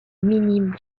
minime